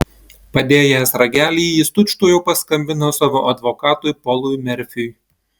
padėjęs ragelį jis tučtuojau paskambino savo advokatui polui merfiui